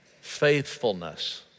Faithfulness